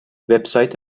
وبسایت